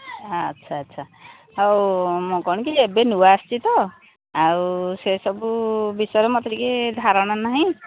ହଁ ଆଚ୍ଛା ଆଚ୍ଛା ହଉ ମୁଁ କ'ଣ କିି ଏବେ ନୂଆ ଆସିଛି ତ ଆଉ ସେସବୁ ବିଷୟରେ ମୋତେ ଟିକେ ଧାରଣା ନାହିଁ